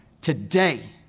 today